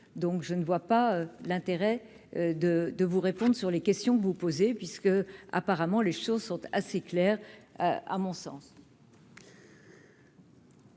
donc je ne vois pas l'intérêt de de vous répondre sur les questions que vous posez, puisque, apparemment, les choses sont assez claires, à mon sens.